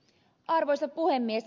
arvoisa puhemies